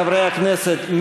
חברי הכנסת,